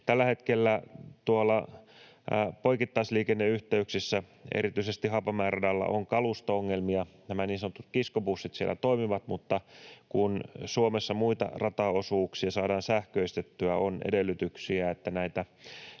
Tällä hetkellä tuolla poikittaisliikenneyhteyksissä erityisesti Haapamäen radalla on kalusto-ongelmia. Nämä niin sanotut kiskobussit siellä toimivat, mutta kun Suomessa muita rataosuuksia saadaan sähköistettyä, on edellytyksiä, että tätä